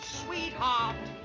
sweetheart